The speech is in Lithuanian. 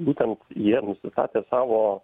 būtent jie nusistatę savo